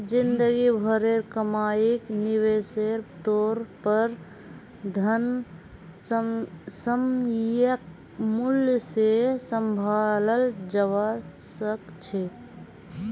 जिंदगी भरेर कमाईक निवेशेर तौर पर धन सामयिक मूल्य से सम्भालाल जवा सक छे